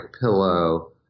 pillow